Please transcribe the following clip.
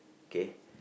K